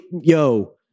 yo